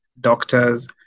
doctors